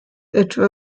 etwa